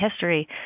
history